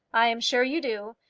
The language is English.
i am sure you do,